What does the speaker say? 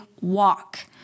walk